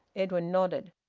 edwin nodded.